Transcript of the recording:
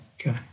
Okay